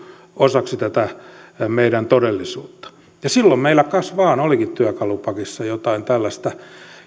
osaksi tätä meidän todellisuutta ja silloin meillä kas vain olikin työkalupakissa jotain tällaista